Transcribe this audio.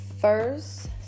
first